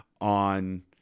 on